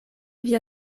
via